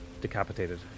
decapitated